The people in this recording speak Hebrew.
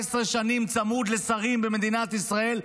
18 שנים צמוד לשרים במדינת ישראל,